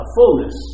fullness